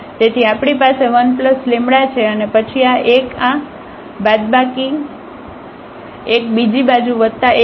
તેથી આપણી પાસે 1 λ છે અને પછી આ 1 આ બાદબા 1 બીજી બાજુ વત્તા 1 જશે